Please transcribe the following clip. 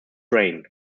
reign